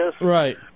Right